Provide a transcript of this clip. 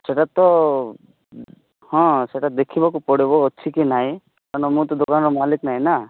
ସେଇଟା ତ ହଁ ସେଇଟା ଦେଖିବାକୁ ପଡ଼ିବ ଅଛି କି ନାହିଁ କାରଣ ମୁଁ ତ ଦୋକାନର ମାଲିକ ନାହିଁ ନା